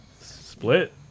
Split